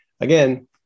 again